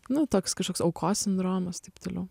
nu toks kažkoks aukos sindromas taip toliau